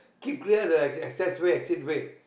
keep clear the ac~ access way exit way